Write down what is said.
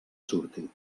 surti